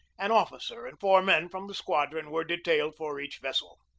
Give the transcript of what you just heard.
an officer and four men from the squadron were de tailed for each vessel.